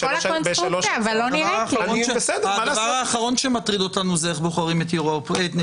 באחת מהאופציות האלו בהחלט יש בחירות חשאיות.